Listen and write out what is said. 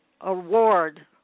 award